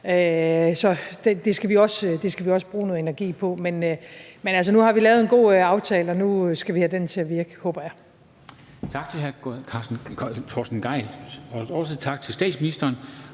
det skal vi også bruge noget energi på. Men altså, nu har vi lavet en god aftale, og nu skal vi have den til at virke,